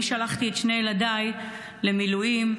אני שלחתי את שני ילדיי למילואים,